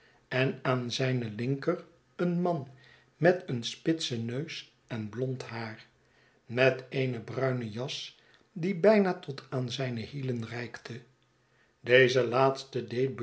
en aan zijne linker een man met een spitsen neus en blond haar met eene bruine jas die bijna tot aan zijne hielen reikte deze laatste